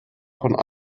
von